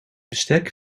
bestek